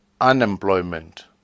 Unemployment